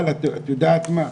אבל את יודעת מה?